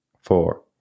four